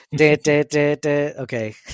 Okay